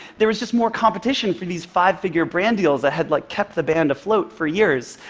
there was just more competition for these five-figure brand deals that had like kept the band afloat for years.